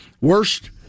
Worst